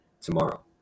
tomorrow